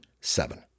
seven